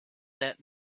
that